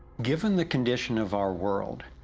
given the condition of our world,